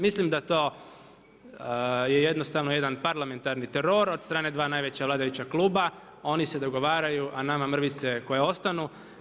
Mislim da to jednostavno jedan parlamentarni teror od strane dva najveća vladajuća kluba, oni se dogovaraju, a nama mrvice koje ostanu.